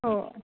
हो